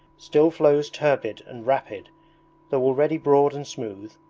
still flows turbid and rapid though already broad and smooth,